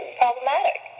problematic